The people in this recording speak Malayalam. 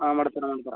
ആ മടത്തറ മടത്തറ